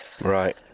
Right